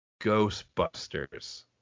Ghostbusters